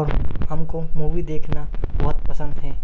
और हमको मूवी देखना बहुत पसंद है